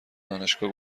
دانشگاه